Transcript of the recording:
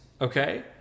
okay